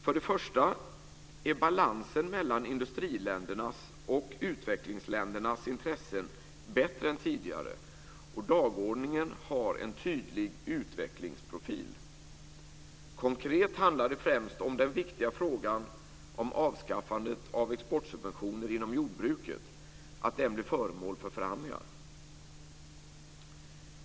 För det första är balansen mellan industriländernas och utvecklingsländernas intressen bättre än tidigare, och dagordningen har en tydlig utvecklingsprofil. Konkret handlar det främst om att den viktiga frågan om avskaffandet av exportsubventioner inom jordbruket blir föremål för förhandlingar.